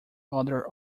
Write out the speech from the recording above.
other